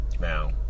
Now